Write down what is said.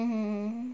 mm